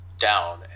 down